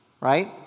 right